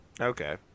Okay